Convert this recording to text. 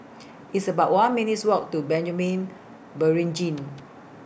It's about one minutes' Walk to Beringin